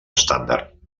estàndard